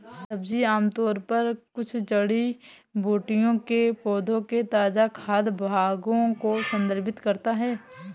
सब्जी आमतौर पर कुछ जड़ी बूटियों के पौधों के ताजा खाद्य भागों को संदर्भित करता है